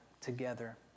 together